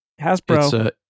Hasbro